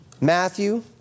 Matthew